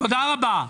תודה רבה.